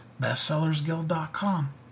bestsellersguild.com